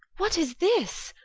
what is this?